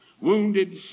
wounded